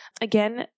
Again